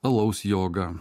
alaus joga